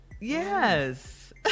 Yes